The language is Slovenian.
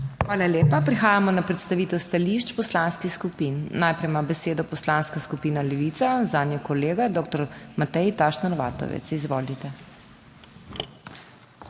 Hvala lepa. Prehajamo na predstavitev stališč poslanskih skupin. Najprej ima besedo Poslanska skupina Levica, zanjo kolega doktor Matej Tašner Vatovec. Izvolite.